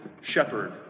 shepherd